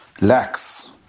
lacks